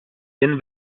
den